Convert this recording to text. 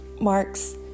marks